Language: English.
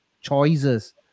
choices